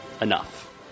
enough